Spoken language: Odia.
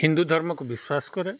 ହିନ୍ଦୁ ଧର୍ମକୁ ବିଶ୍ୱାସ କରେ